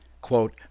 quote